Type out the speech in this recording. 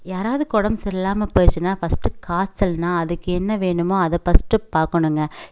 யாராவதுக்கு உடம்பு சரியில்லாமல் போயிடுச்சுனா ஃபர்ஸ்ட்டு காய்ச்சல்னால் அதுக்கு என்ன வேணுமோ அதை ஃபர்ஸ்ட் பார்க்கணுங்க